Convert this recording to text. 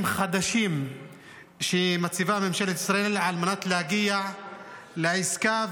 חדשים שמציבה ממשלת ישראל על מנת להגיע לעסקה.